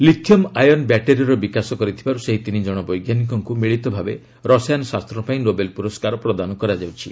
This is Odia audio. ଲିଥିୟମ ଆୟନ୍ ବ୍ୟାଟେରୀର ବିକାଶ କରିଥିବାରୁ ସେହି ତିନିଜଣ ବୈଜ୍ଞାନିକଙ୍କୁ ମିଳିତଭାବେ ରସାୟନଶାସ୍ତ ପାଇଁ ନୋବେଲ ପୁରସ୍କାର ପ୍ରଦାନ କରାଯାଉଛି